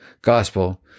gospel